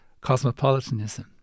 cosmopolitanism